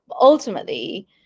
Ultimately